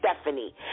Stephanie